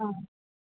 অঁ